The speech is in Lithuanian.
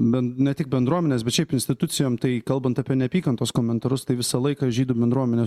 ben ne tik bendruomenės bet šiaip institucijom tai kalbant apie neapykantos komentarus tai visą laiką žydų bendruomenės